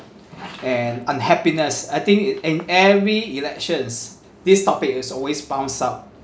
and unhappiness I think in every elections this topic is always bounce up